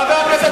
חבר הכנסת,